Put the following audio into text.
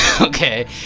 okay